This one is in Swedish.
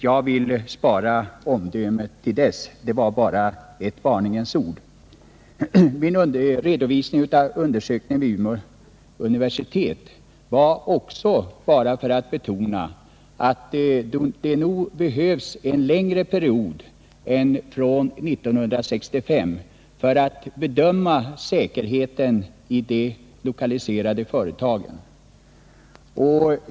Jag vill spara mitt omdöme till dess; jag vill bara uttala ett varningens ord. Redovisningen av undersökningen vid Umeå universitet gjorde jag också för att betona att det nog behövs en längre period än från 1965 och framåt som underlag för att bedöma säkerheten i de lokaliserade företagen.